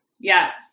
Yes